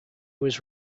was